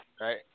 Right